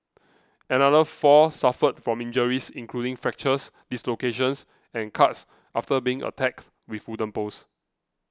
another four suffered from injuries including fractures dislocations and cuts after being attacked with wooden poles